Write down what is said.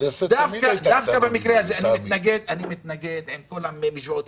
דווקא במקרה הזה אני מתנגד לכל המשוואות.